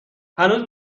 هنوزم